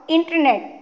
Internet